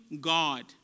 God